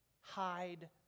hide